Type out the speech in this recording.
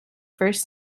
first